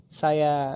saya